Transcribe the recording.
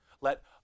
Let